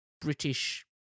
British